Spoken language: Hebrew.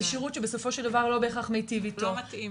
זה שירות שבסופו של דבר לא בהכרח מיטיב איתו ומספיק